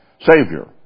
Savior